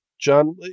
John